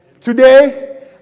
today